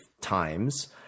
times